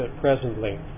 presently